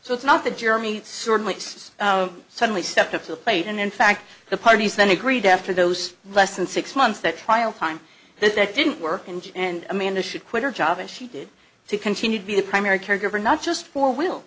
so it's not that jeremy certainly has suddenly stepped up to the plate and in fact the parties then agreed after those less than six months that trial time that that didn't work and and amanda should quit her job as she did to continue to be the primary care giver not just for will